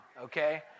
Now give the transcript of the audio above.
okay